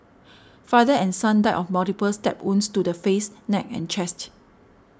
father and son died of multiple stab wounds to the face neck and chest